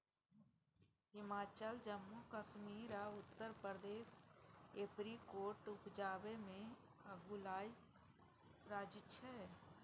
हिमाचल, जम्मू कश्मीर आ उत्तर प्रदेश एपरीकोट उपजाबै मे अगुआएल राज्य छै